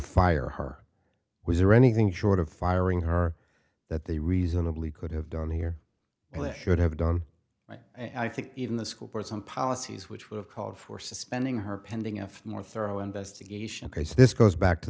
fire her was there anything short of firing her that they reasonably could have done here well it should have done and i think even the school board some policies which would have called for suspending her pending if more thorough investigation because this goes back to